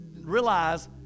realize